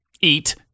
eat